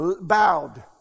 bowed